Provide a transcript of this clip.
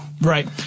Right